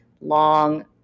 long